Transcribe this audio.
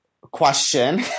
question